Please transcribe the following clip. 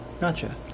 Gotcha